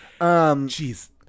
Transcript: jeez